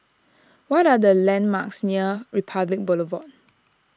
what are the landmarks near Republic Boulevard